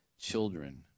children